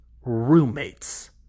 roommates